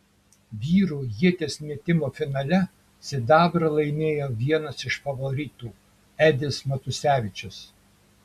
vyrų ieties metimo finale sidabrą laimėjo vienas iš favoritų edis matusevičius